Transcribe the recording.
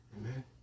amen